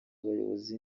abayobozi